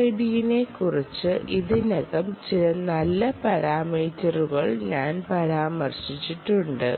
RFID നെക്കുറിച്ച് ഇതിനകം ചില നല്ല പരാമീറ്ററുകൾ ഞാൻ പരാമർശിച്ചിട്ടുണ്ട്